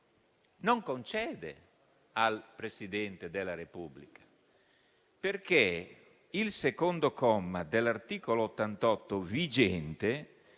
non concede al Presidente della Repubblica, perché il secondo comma dell'articolo 88 vigente